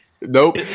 Nope